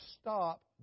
stop